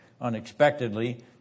unexpectedly